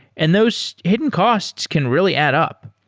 and those hidden costs can really add up.